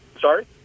Sorry